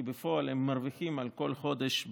כי בפועל הם מרוויחים על כל חודש בעיכוב.